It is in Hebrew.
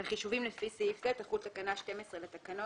על חישובים לפי סעיף זה תחול תקנה 12 לתקנות.